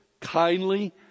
kindly